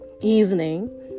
evening